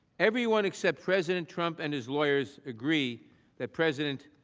everyone except president trump and his lawyers agree that president,